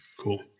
Cool